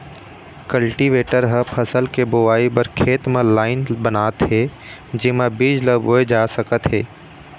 cultivator ह फसल के बोवई बर खेत म लाईन बनाथे जेमा बीज ल बोए जा सकत हे